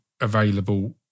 available